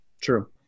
True